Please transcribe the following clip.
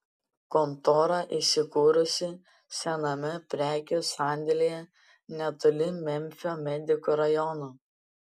kontora įsikūrusi sename prekių sandėlyje netoli memfio medikų rajono